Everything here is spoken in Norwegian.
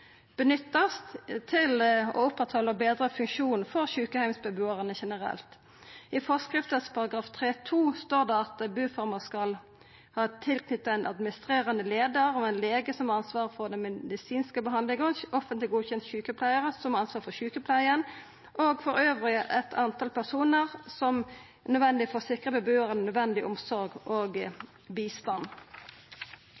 til å oppretthalda og betra funksjonen for sjukeheimsbebuarane generelt. I forskriftas § 3-2 står det at buforma skal ha tilknytt ein administrerande leiar, ein lege som skal ha ansvaret for den medisinske behandlinga, og ein offentleg godkjent sjukepleiar som skal ha ansvaret for sjukepleia, og elles så mange personar som er nødvendig for å sikra bebuarane nødvendig omsorg og